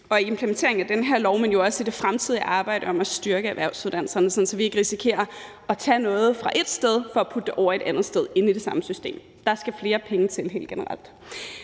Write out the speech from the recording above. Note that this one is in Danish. i implementeringen af den her lov, men jo også i det fremtidige arbejde om at styrke erhvervsuddannelserne, sådan at vi ikke risikerer at tage noget fra et sted for at flytte det til et andet sted i det samme system. Der skal flere penge til helt generelt.